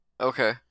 Okay